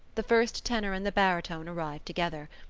the first tenor and the baritone arrived together.